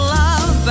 love